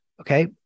Okay